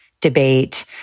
debate